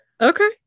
Okay